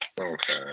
Okay